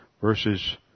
Versus